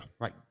Right